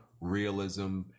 realism